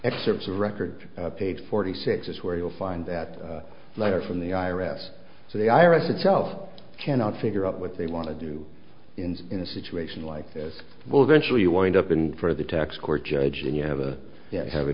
excerpts of record page forty six is where you'll find that letter from the i r s so the iris itself cannot figure out what they want to do in a situation like this will eventually wind up in for the tax court judge and you have a have a